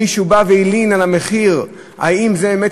מישהו בא והלין על המחיר: האם זו באמת